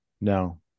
No